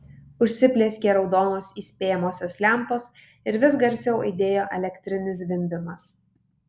užsiplieskė raudonos įspėjamosios lempos ir vis garsiau aidėjo elektrinis zvimbimas